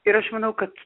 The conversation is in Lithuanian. ir aš manau kad